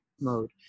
mode